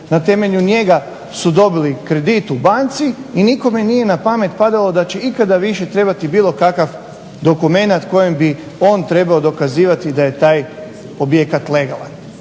Na temelju njega su dobili kredit u banci i nikome nije na pamet padalo da će ikada više trebati bilo kakav dokument kojim bi on trebao dokazivati da je taj objekat legalan.